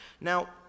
now